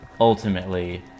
ultimately